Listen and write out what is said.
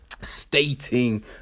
Stating